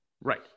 right